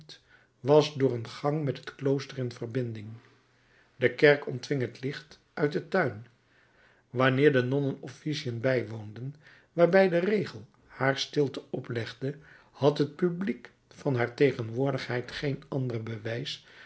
was door een gang met het klooster in verbinding de kerk ontving het licht uit den tuin wanneer de nonnen officiën bijwoonden waarbij de regel haar stilte oplegde had het publiek van haar tegenwoordigheid geen ander bewijs